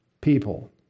people